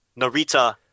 Narita